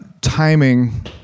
timing